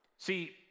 See